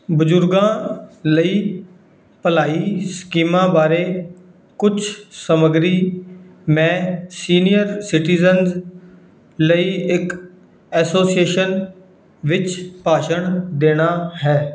ਬਜ਼ੁਰਗਾਂ ਲਈ ਭਲਾਈ ਸਕੀਮਾਂ ਬਾਰੇ ਕੁਝ ਸਮੱਗਰੀ ਮੈਂ ਸੀਨੀਅਰ ਸਿਟੀਜ਼ਨਜ਼ ਲਈ ਇੱਕ ਐਸੋਸੀਏਸ਼ਨ ਵਿੱਚ ਭਾਸ਼ਣ ਦੇਣਾ ਹੈ